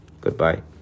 Goodbye